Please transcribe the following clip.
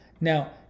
now